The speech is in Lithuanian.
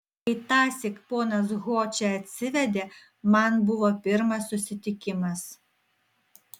kai tąsyk ponas ho čia atsivedė man buvo pirmas susitikimas